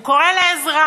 הוא קורא לעזרה.